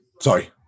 Sorry